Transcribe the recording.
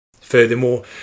Furthermore